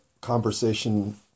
conversation